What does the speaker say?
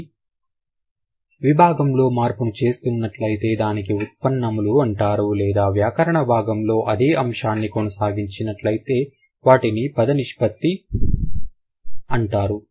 ఒక విభాగంలో మార్పును చేస్తున్నట్లయితే దానిని ఉత్పన్నములు అంటారు లేదా వ్యాకరణ విభాగంలో అదే అంశాన్ని కొనసాగించినట్లయితే వాటిని పద నిష్పత్తి అందురు